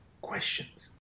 questions